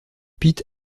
pete